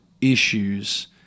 issues